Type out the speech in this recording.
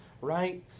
right